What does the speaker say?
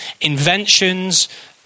inventions